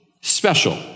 special